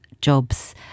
jobs